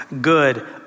good